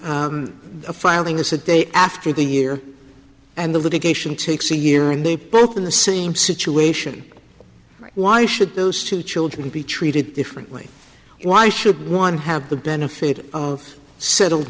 a filing is a day after the year and the litigation takes a year and they both in the same situation why should those two children be treated differently why should one have the benefit of settle